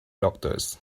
doctors